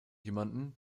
jemanden